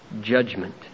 judgment